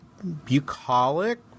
bucolic